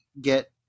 get